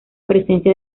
presencia